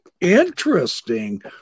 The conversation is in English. interesting